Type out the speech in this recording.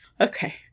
Okay